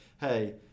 hey